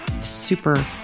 super